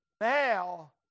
Now